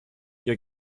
ihr